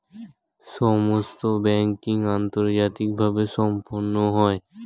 সমস্ত ব্যাংকিং আন্তর্জাতিকভাবে সম্পন্ন হয়